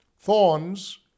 Thorns